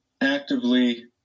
actively